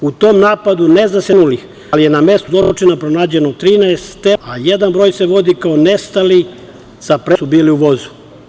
U tom napadu ne zna se tačan broj poginulih, ali je na mestu zločina pronađeno 13 tela, a jedan broj se vodi kao nestali sa pretpostavkom da su bili u vozu.